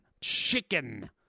chicken